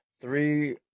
three